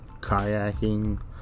Kayaking